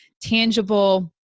tangible